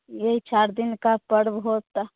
ये चार दिन का पर्व होता है